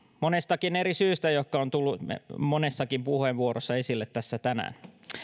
monestakin eri syystä jotka ovat tulleet monessakin puheenvuorossa esille tässä tänään